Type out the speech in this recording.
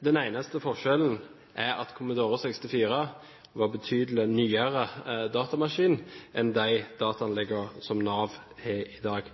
Den eneste forskjellen er at Commodore 64 var en betydelig nyere datamaskin enn de dataanleggene som Nav har i dag.